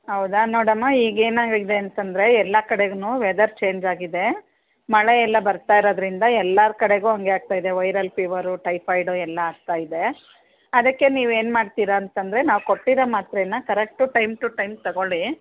ಹೌದಾ ನೋಡಮ್ಮ ಈಗ ಏನಾಗಿದೆ ಅಂತಂದರೆ ಎಲ್ಲಾ ಕಡೇಲೂ ವೆದರ್ ಚೇಂಜಾಗಿದೆ ಮಳೆ ಎಲ್ಲ ಬರ್ತಾ ಇರೋದರಿಂದ ಎಲ್ಲಾರ ಕಡೆಗು ಹಂಗೆ ಆಗ್ತಾ ಇದೆ ವೈರಲ್ ಫೀವರು ಟೈಫಾಯ್ಡು ಎಲ್ಲ ಆಗ್ತಾ ಇದೆ ಅದಕ್ಕೆ ನೀವೇನು ಮಾಡ್ತೀರ ಅಂತಂದರೆ ನಾವು ಕೊಟ್ಟಿರೋ ಮಾತ್ರೆನ ಕರಕ್ಟು ಟೈಮ್ ಟು ಟೈಮ್ ತಗೋಳಿ